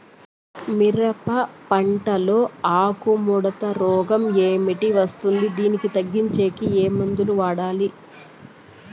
మిరప పంట లో ఆకు ముడత రోగం ఏమిటికి వస్తుంది, దీన్ని తగ్గించేకి ఏమి మందులు వాడాలి?